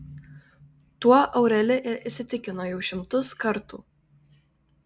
tuo aureli ir įsitikino jau šimtus kartų